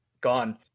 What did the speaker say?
gone